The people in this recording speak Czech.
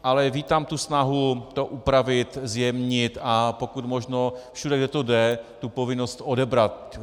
Ale vítám snahu to upravit, zjemnit a pokud možno všude, kde to jde, tu povinnost odebrat.